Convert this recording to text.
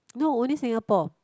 no only Singapore